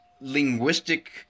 linguistic